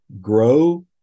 Grow